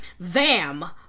VAM